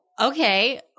okay